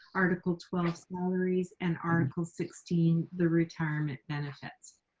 article twelve salaries and article sixteen the retirement benefits.